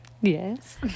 Yes